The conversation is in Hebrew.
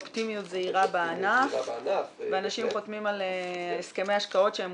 אופטימיות זהירה בענף ואנשים חותמים על הסכמי השקעות שהם